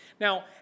Now